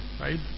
Right